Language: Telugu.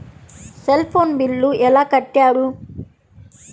సెల్ ఫోన్ బిల్లు ఎలా కట్టారు?